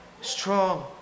strong